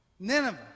Nineveh